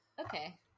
Okay